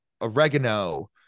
oregano